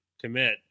commit